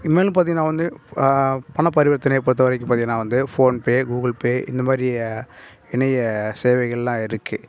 இனிமேல் பார்த்திங்கனா வந்து பண பரிவர்த்தனை பொறுத்தவரைக்கும் பார்த்திங்கனா வந்து போன் பே கூகுள் பே இந்தமாதிரி இணைய சேவைகள்லாம் இருக்குது